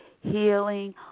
healing